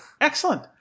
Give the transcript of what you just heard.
Excellent